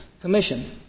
commission